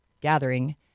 Gathering